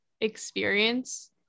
experience